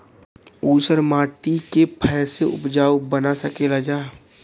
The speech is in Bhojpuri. ऊसर माटी के फैसे उपजाऊ बना सकेला जा?